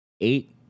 eight